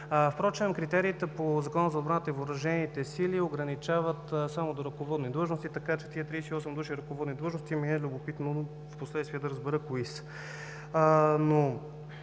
Критериите по Закона за отбраната и въоръжените сили ограничават само до ръководни длъжности, така че тези 38 души ръководни длъжности ми е любопитно впоследствие да разбера кои са.